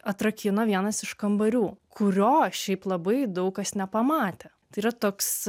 atrakino vienas iš kambarių kurio šiaip labai daug kas nepamatė tai yra toks